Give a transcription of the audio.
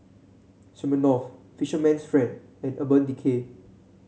Smirnoff Fisherman's Friend and Urban Decay